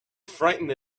frightened